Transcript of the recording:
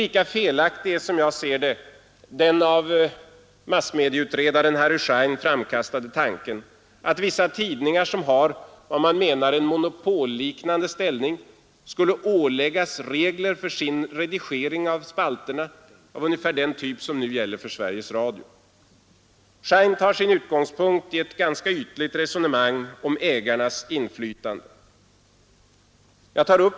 Lika felaktig är, som jag ser det, den av massmedieutredaren Harry Schein framkastade tanken att vissa tidningar som har vad man menar vara en monopolliknande ställning skulle åläggas regler för sin redigering av spalterna av ungefär den typ som nu gäller för Sveriges Radio. Schein tar sin utgångspunkt i ett ganska ytligt resonemang om ägarnas inflytande.